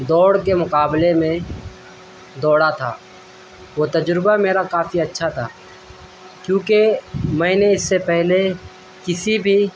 دوڑ کے مقابلے میں دوڑا تھا وہ تجربہ میرا کافی اچھا تھا کیوںکہ میں نے اس سے پہلے کسی بھی